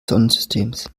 sonnensystems